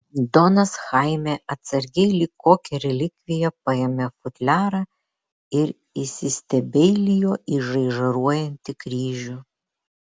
donas chaime atsargiai lyg kokią relikviją paėmė futliarą ir įsistebeilijo į žaižaruojantį kryžių